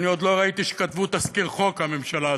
אני עוד לא ראיתי שכתבו תזכיר חוק, הממשלה הזאת,